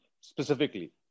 specifically